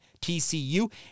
TCU